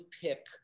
pick